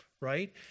Right